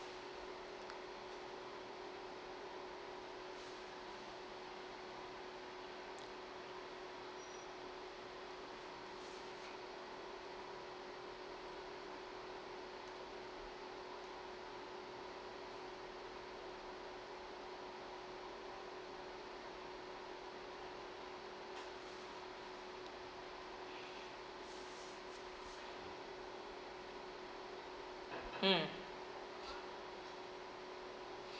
mm